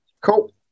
Cool